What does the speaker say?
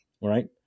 right